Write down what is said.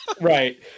Right